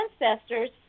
ancestors